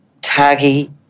Taggy